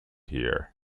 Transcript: here